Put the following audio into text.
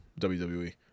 wwe